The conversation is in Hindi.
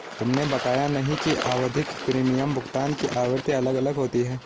तुमने बताया नहीं कि आवधिक प्रीमियम भुगतान की आवृत्ति अलग अलग होती है